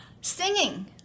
singing